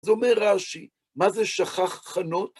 ‫זה אומר רש"י, מה זה שכח חנות?